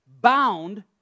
bound